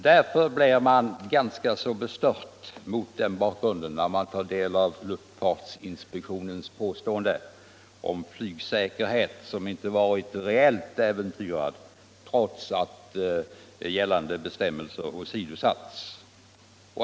Därför blev jag ganska bestört, när jag tog del av luftfartsinspektionens påstående att flygsäkerheten inte varit reellt äventyrad trots att gällande bestämmelser åsidosatts.